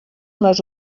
les